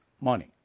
money